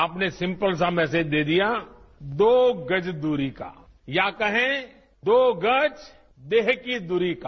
आपने सिम्पल सा मैसेज दे दिया दो गज दूरी का या कहे कि दो गज देह की दूरी का